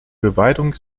beweidung